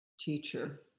teacher